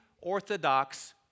orthodox